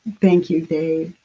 thank you, dave.